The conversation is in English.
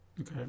Okay